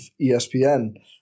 ESPN